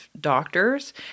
doctors